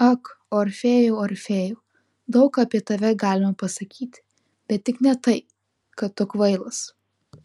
ak orfėjau orfėjau daug ką apie tave galima pasakyti bet tik ne tai kad tu kvailas